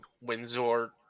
Windsor